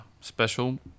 special